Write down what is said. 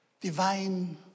divine